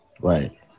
Right